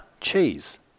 cheese